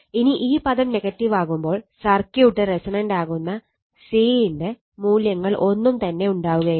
ഇനി ഈ പദം നെഗറ്റീവാകുമ്പോൾ സർക്യൂട്ട് റെസൊണന്റ് ആക്കുന്ന C ന്റെ മൂല്യങ്ങൾ ഒന്നും തന്നെ ഉണ്ടാവുകയില്ല